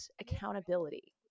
accountability